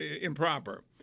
improper